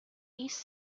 east